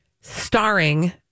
starring